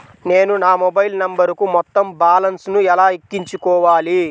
నేను నా మొబైల్ నంబరుకు మొత్తం బాలన్స్ ను ఎలా ఎక్కించుకోవాలి?